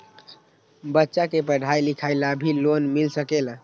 बच्चा के पढ़ाई लिखाई ला भी लोन मिल सकेला?